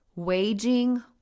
Waging